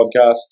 podcasts